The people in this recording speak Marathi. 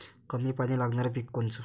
कमी पानी लागनारं पिक कोनचं?